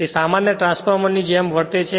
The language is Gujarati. તે સામાન્ય ટ્રાન્સફોર્મરની જેમ વર્તે છે